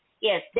Yes